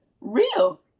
real